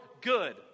good